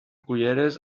culleres